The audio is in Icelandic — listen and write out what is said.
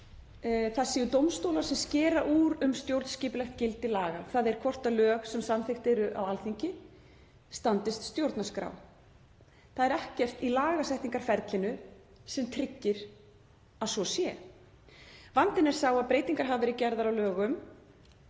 það séu dómstólar sem skera úr um stjórnskipulegt gildi laga, þ.e. hvort lög sem samþykkt eru á Alþingi standist stjórnarskrá. Það er ekkert í lagasetningarferlinu sem tryggir að svo sé. Vandinn er sá að breytingar hafa verið gerðar á lögum